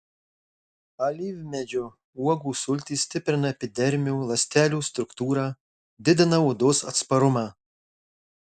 alyvmedžio uogų sultys stiprina epidermio ląstelių struktūrą didina odos atsparumą